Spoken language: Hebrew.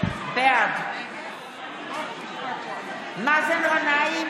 בעד מאזן גנאים,